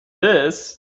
this